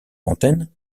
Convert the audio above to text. rantaine